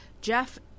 Jeff